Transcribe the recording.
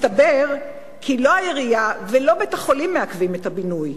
מסתבר כי לא העירייה ולא בית-החולים מעכבים את הבינוי.